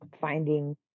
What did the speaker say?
finding